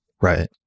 Right